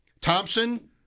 Thompson